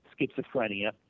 schizophrenia